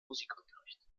musikunterricht